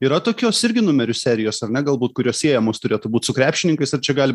yra tokios irgi numerių serijos ar ne galbūt kurios siejamos turėtų būt su krepšininkais ar čia gali